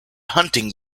hunting